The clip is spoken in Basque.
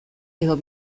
edo